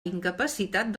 incapacitat